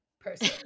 person